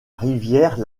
rivière